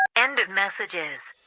end of messages